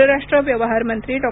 परराष्ट्र व्यवहार मंत्री डॉ